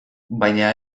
baina